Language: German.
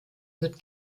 wird